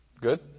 Good